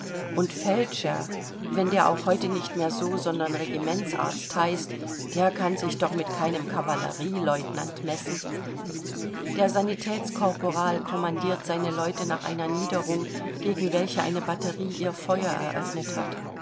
und feldscheer wenn der auch heute nicht mehr so sondern regimentsarzt heißt der kann sich doch mit keinem kavallerielieutenant messen der sanitätskorporal kommandiert seine leute nach einer niederung gegen welche eine batterie ihr feuer eröffnet hat